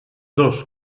dos